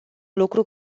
lucru